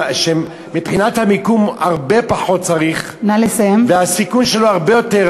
שמבחינת מיקום צריכים הרבה פחות,